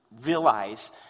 realize